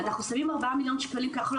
ואנחנו שמים 4 מיליון ₪ כי אנחנו לא